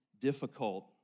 difficult